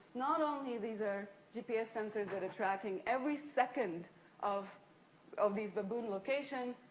not only these are gps sensors that are tracking every second of of these baboon locations.